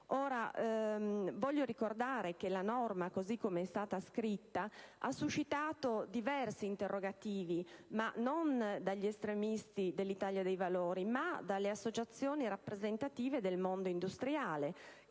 Voglio ricordare che la norma, così come è stata scritta, ha suscitato diversi interrogativi, e non dagli estremisti dell'Italia dei Valori, bensì dalle associazioni rappresentative del mondo industriale,